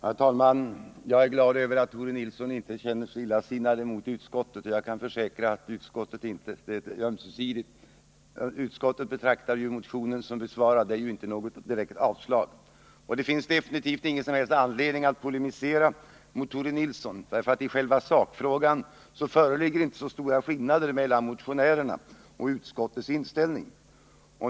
Herr talman! Jag är glad över att Tore Nilsson inte känner sig illasinnad mot utskottet, och jag kan försäkra från utskottets sida att det är ömsesidigt. Utskottet betraktar motionen som besvarad, det är inte något direkt avslag. Det finns definitivt ingen som helst anledning att polemisera mot Tore Nilsson, för i själva sakfrågan föreligger inte så stora skillnader mellan motionärernas och utskottets inställning.